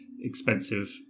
expensive